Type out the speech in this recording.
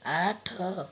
ଆଠ